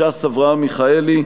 ש"ס: אברהם מיכאלי.